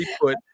put